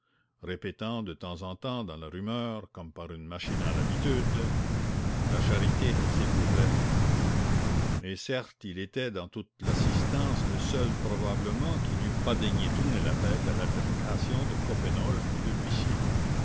répétant de temps en temps dans la rumeur comme par une machinale habitude la charité s'il vous plaît et certes il était dans toute l'assistance le seul probablement qui n'eût pas daigné tourner la tête à l'altercation de coppenole et de l'huissier